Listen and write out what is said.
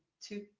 two